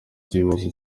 ikibazo